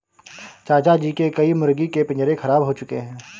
चाचा जी के कई मुर्गी के पिंजरे खराब हो चुके हैं